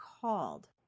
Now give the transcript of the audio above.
called